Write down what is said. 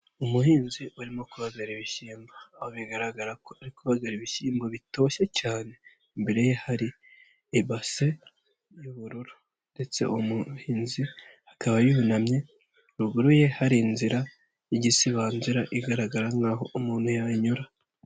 Umuhinzi urimo kubagara ibishyimbo aho bigaragara ko ari kubagara ibishyimbo bitoshye cyane, imbere ye hari ibase y'ubururu ndetse uwo muhinzi akaba yunamye ruguruye hari inzira y'igisibangira igaragara nk'aho umuntu yayinyuramo.